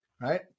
right